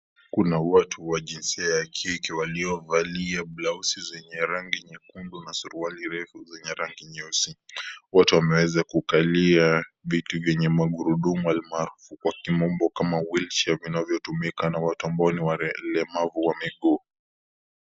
Kuna watu wa jinsia ya kike waliovalia blausi zenye rangi nyekundu na suruali refu zenye rangi nyeusi. Wote wameweza kukalia viti vyenye magurudumu almarufu kwa kimombo kama wheelchairs vinavyotumika na watu ambao ni wakemavu wa miguu.